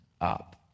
up